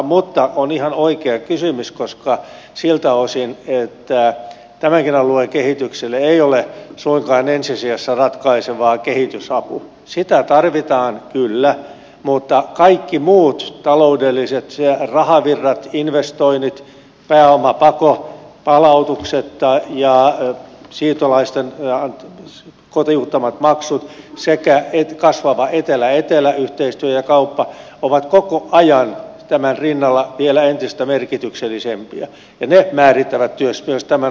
mutta se on ihan oikea kysymys siltä osin että tämänkään alueen kehitykselle ei ole suinkaan ensi sijassa ratkaisevaa kehitysapu vaikka sitä tarvitaan kyllä vaan kaikki muut taloudelliset tekijät rahavirrat investoinnit pääomapako palautuksetta ja siirtolaisten kotiuttamat maksut sekä kasvava eteläetelä yhteistyö ja kauppa ovat koko ajan tämän rinnalla vielä entistä merkityksellisempiä ja ne määrittävät myös tämän alueen tulevaisuuden